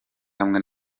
hamwe